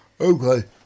Okay